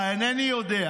אינני יודע,